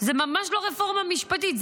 זאת ממש לא רפורמה משפטית.